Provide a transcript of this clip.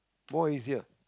more easier